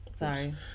Sorry